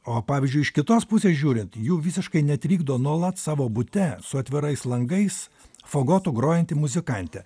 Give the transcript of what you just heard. o pavyzdžiui iš kitos pusės žiūrint jų visiškai netrikdo nuolat savo bute su atvirais langais fogotu grojanti muzikantė